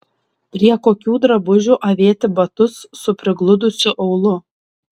prie kokių drabužių avėti batus su prigludusiu aulu